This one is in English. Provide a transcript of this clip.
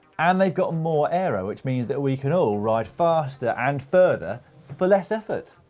and they've gotten more aero, which means that we can all ride faster and further for less effort.